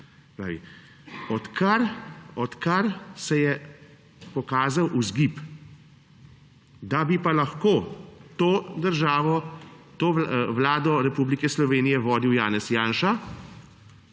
odkar se je pokazal vzgib, da bi pa lahko to državo, to Vlado Republike Slovenije vodil Janez Janša,